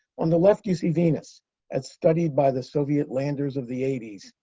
on the left, you see venus as studied by the soviet landers of the eighty s.